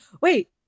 Wait